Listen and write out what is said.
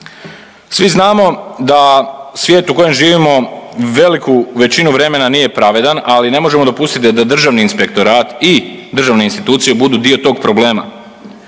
Svi znamo da svijet u kojem živimo veliku većinu vremena nije pravedan, ali ne možemo dopustiti da Državni inspektorat i državne institucije budu dio tog problema.